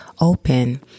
open